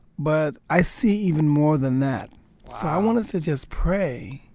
but i see even more than that. so i wanted to just pray